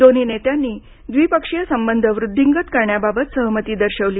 दोन्ही नेत्यांनी द्विपक्षीय संबंध वृद्धींगत करण्याबाबत सहमती दर्शवली